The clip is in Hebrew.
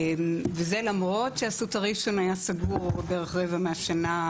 וזה למרות שאסותא ראשון היה סגור בערך רבע מהשנה,